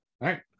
right